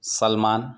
Salman